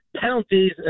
Penalties